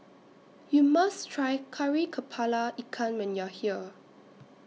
YOU must Try Kari Kepala Ikan when YOU Are here